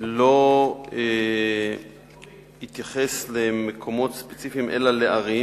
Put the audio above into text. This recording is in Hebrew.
לא התייחס למקומות ספציפיים אלא לערים,